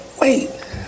wait